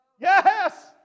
yes